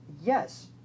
Yes